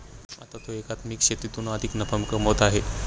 आता तो एकात्मिक शेतीतून अधिक नफा कमवत आहे